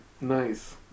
nice